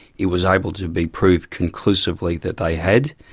it was able to be proved conclusively that they had.